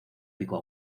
pico